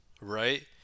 right